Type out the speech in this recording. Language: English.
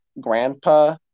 Grandpa